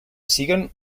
siguen